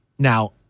Now